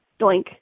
doink